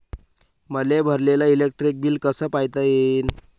मले भरलेल electric bill कस पायता येईन?